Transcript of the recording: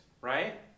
right